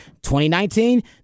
2019